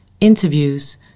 interviews